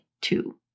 two